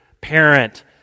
parent